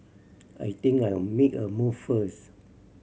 I think I'll make a move first